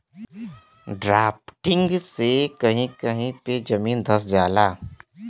drafting से कही कही पे जमीन भी धंस जाला